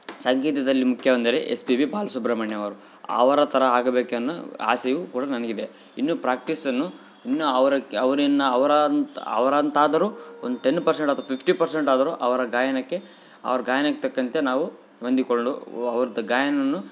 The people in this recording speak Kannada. ಸಂಗೀತದಲ್ಲಿ ಮುಖ್ಯವೆಂದರೆ ಎಸ್ ಪಿ ಬಿ ಬಾಲ್ಸುಬ್ರಹ್ಮಣ್ಯಮ್ ಅವರು ಅವರ ಥರ ಆಗ್ಬೇಕೆನ್ ಆಸೆಯು ಕೂಡ ನನಗೆ ಇದೆ ಇನ್ನು ಪ್ರಾಕ್ಟೀಸನ್ನು ಇನ್ನು ಅವ್ರಾಕ್ ಅವ್ರನ್ನ ಅವ್ರಂಥ ಅವ್ರಂತಾದರು ಒನ್ ಟೆನ್ ಪರ್ಸೆಂಟ್ ಅಥ್ವಾ ಫಿಫ್ಟಿ ಪಾರ್ಸೆಟ್ ಆದರು ಅವರ ಗಾಯನಕ್ಕೆ ಅವ್ರ ಗಾಯನಕ್ಕೆ ತಕ್ಕಂತೆ ನಾವು ಹೊಂದಿಕೊಳ್ಳುವ ಅವ್ರ್ದು ಗಾಯನ